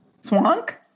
Swank